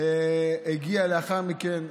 הגיעה לאחר מכן.